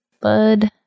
bud